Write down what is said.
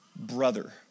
Brother